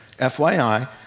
FYI